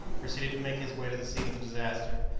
proceeded to make his way to the scene of the disaster,